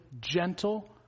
gentle